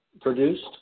produced